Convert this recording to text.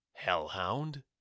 Hellhound